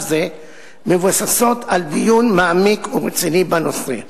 זה מבוססות על דיון מעמיק ורציני בנושא.